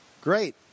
Great